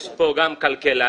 יש פה גם כלכלן.